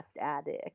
Addict